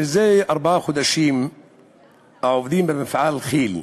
מזה ארבעה חודשים העובדים במפעל כי"ל,